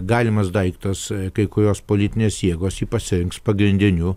galimas daiktas kai kurios politinės jėgos jį pasirinks pagrindiniu